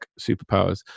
superpowers